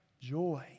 joy